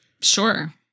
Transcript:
Sure